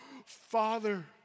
Father